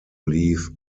leave